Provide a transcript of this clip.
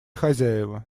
хозяева